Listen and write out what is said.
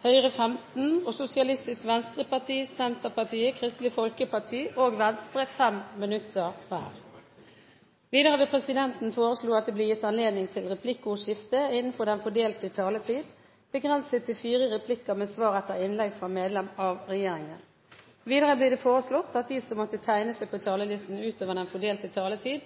Høyre 15 minutter, Sosialistisk Venstreparti, Senterpartiet, Kristelig Folkeparti og Venstre 5 minutter hver. Videre vil presidenten foreslå at det blir gitt anledning til replikkordskifte begrenset til fire replikker med svar etter innlegg fra medlem av regjeringen innenfor den fordelte taletid. Videre blir det foreslått at de som måtte tegne seg på talerlisten utover den fordelte taletid,